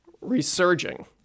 resurging